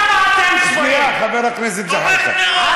שנייה, חבר הכנסת זחאלקה.